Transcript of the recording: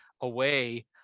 away